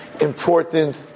important